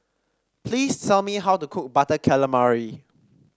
please tell me how to cook Butter Calamari